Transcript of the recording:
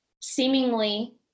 seemingly